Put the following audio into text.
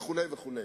וכו' וכו'.